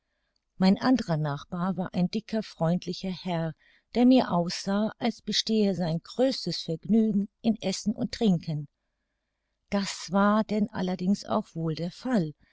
mein andrer nachbar war ein dicker freundlicher herr der mir aussah als bestehe sein größtes vergnügen in essen und trinken das war denn allerdings auch wohl der fall